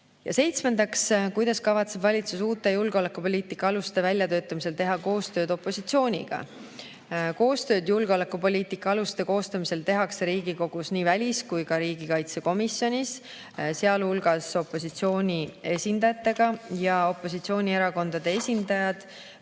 Seitsmendaks: "Kuidas kavatseb valitsus uute julgeolekupoliitika aluste väljatöötamisel teha koostööd opositsiooniga?" Koostööd julgeolekupoliitika aluste koostamisel tehakse Riigikogus nii välis‑ kui ka riigikaitsekomisjonis, sealhulgas opositsiooni esindajatega. Opositsioonierakondade esindajad